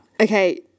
Okay